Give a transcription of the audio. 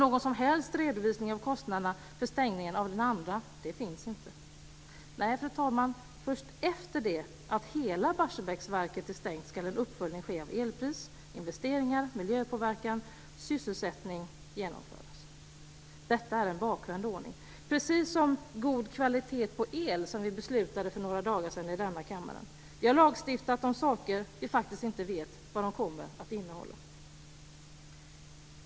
Någon som helst redovisning av kostnaderna för stängningen av den andra finns inte. Nej, fru talman, först efter det att hela Barsebäcksverket är stängt ska en uppföljning av elpris, investeringar, miljöpåverkan och sysselsättning genomföras. Detta är en bakvänd ordning, precis som det här med god kvalitet på el som vi beslutade om för några dagar sedan i denna kammare. Vi har lagstiftat om saker vi faktiskt inte vet vad de kommer att innehålla.